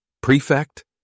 Prefect